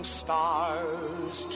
stars